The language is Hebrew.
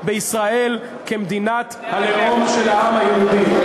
בישראל כמדינת הלאום של העם היהודי.